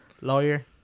lawyer